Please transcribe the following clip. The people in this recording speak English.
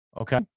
Okay